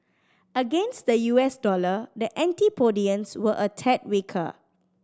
against the U S dollar the antipodeans were a tad weaker